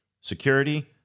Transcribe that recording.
security